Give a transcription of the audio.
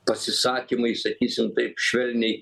pasisakymai sakysim taip švelniai